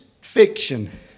fiction